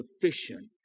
sufficient